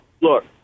look